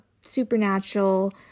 supernatural